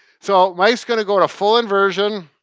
so, mike's gonna go to full inversion.